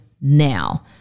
now